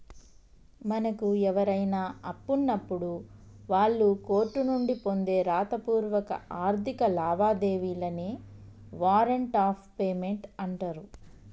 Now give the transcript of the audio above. మనకు ఎవరైనా అప్పున్నప్పుడు వాళ్ళు కోర్టు నుండి పొందే రాతపూర్వక ఆర్థిక లావాదేవీలనే వారెంట్ ఆఫ్ పేమెంట్ అంటరు